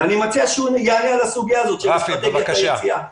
ואני מציע שהוא יענה על הסוגיה הזאת של אסטרטגיית היציאה.